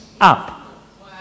up